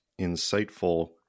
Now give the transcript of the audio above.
insightful